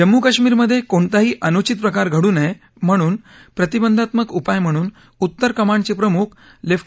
जम्मू काश्मिर मधे कोणताही अनुचित प्रकार घडू नये म्हणून प्रतिबंधात्मक उपाय म्हणून उत्तर कमांडचे प्रमुख लेफ्ट